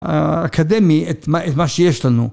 אקדמי את מה שיש לנו.